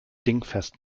dingfest